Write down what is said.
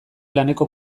laneko